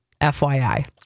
FYI